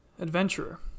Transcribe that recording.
Adventurer